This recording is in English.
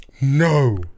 No